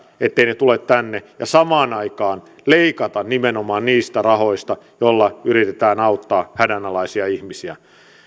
etteivät he tule tänne ja samaan aikaan leikata nimenomaan niistä rahoista joilla yritetään auttaa hädänalaisia ihmisiä